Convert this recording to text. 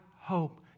hope